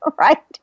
right